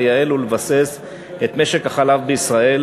לייעל ולבסס את משק החלב בישראל,